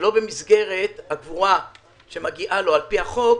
שלא במסגרת הקבורה שמגיעה לו על פי החוק,